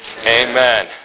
Amen